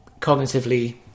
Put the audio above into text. cognitively